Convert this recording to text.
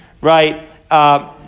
right